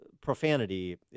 profanity